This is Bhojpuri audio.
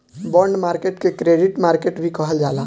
बॉन्ड मार्केट के क्रेडिट मार्केट भी कहल जाला